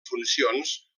funcions